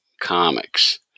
comics